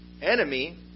enemy